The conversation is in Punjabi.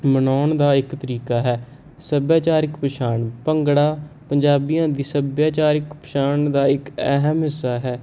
ਮਨਾਉਣ ਦਾ ਇੱਕ ਤਰੀਕਾ ਹੈ ਸੱਭਿਆਚਾਰਕ ਪਛਾਣ ਭੰਗੜਾ ਪੰਜਾਬੀਆਂ ਦੀ ਸਭਿਆਚਾਰਕ ਪਛਾਣ ਦਾ ਇੱਕ ਅਹਿਮ ਹਿੱਸਾ ਹੈ